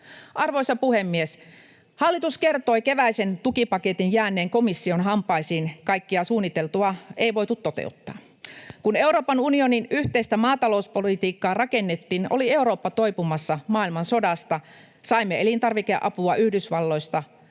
Arvoisa puhemies! Hallitus kertoi keväisen tukipaketin jääneen komission hampaisiin, kaikkea suunniteltua ei voitu toteuttaa. Kun Euroopan unionin yhteistä maatalouspolitiikkaa rakennettiin, oli Eurooppa toipumassa maailmansodasta. Saimme elintarvikeapua Yhdysvalloista.